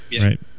right